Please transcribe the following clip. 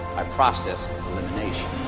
by process elimination.